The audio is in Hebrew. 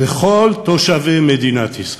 לכל תושבי מדינת ישראל.